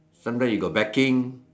sometime you got backing